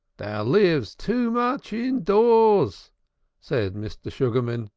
thou livest too much indoors, said mr. sugarman,